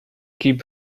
keep